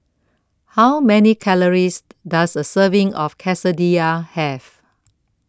How Many Calories Does A Serving of Quesadillas Have